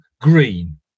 green